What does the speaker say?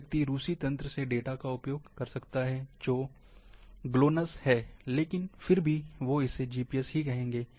एक व्यक्ति रूसी तंत्र से डेटा का उपयोग कर सकता है जो जीएलओएनएएसएस है लेकिन फिर भी वो इसे जीपीएस ही कहेंगे